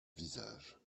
visage